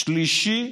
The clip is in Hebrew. שלישי,